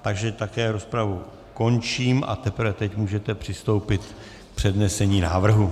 Takže rozpravu končím a teprve teď můžete přistoupit k přednesení návrhu.